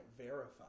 verify